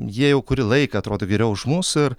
jie jau kurį laiką atrodo geriau už mus ir